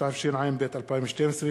התשע"ב 2012,